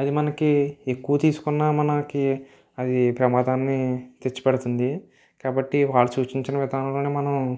అది మనకి ఎక్కువ తీసుకున్న మనకి అది ప్రమాదాన్ని తెచ్చిపెడుతుంది కాబట్టి వారు సూచించిన విధానంలోనే మనం